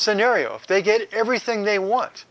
scenario if they get everything they want